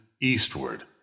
eastward